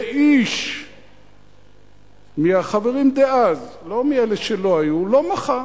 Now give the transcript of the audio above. ואיש מהחברים דאז, לא מאלה שלא היו, לא מחה.